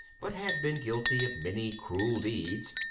but had been guilty of many cruel deeds,